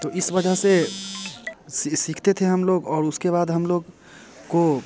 तो इस वजह से सीखते थे हम लोग और उसके बाद हम लोग को